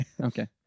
Okay